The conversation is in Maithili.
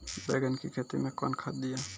बैंगन की खेती मैं कौन खाद दिए?